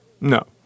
no